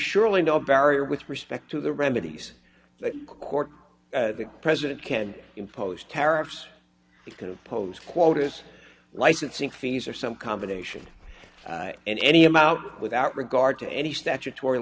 surely no barrier with respect to the remedies that court the president can impose tariffs is going to pose quotas licensing fees or some combination and any i'm out without regard to any statutory